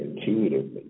intuitively